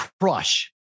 crush